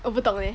我不懂 eh